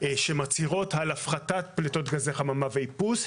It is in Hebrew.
שמצהירות על הפחתת פליטות גזי חממה ואיפוס,